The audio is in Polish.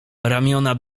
ramiona